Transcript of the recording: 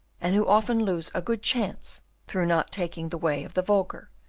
and who often lose a good chance through not taking the way of the vulgar,